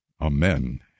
Amen